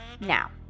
Now